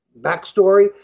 backstory